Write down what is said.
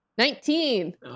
Nineteen